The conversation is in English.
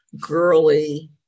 girly